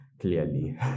clearly